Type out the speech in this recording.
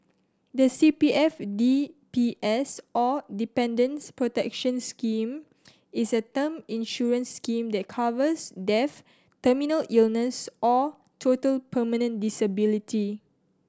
the C P F D P S or Dependants' Protection Scheme is a term insurance scheme that covers death terminal illness or total permanent disability